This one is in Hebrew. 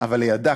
אבל לידה,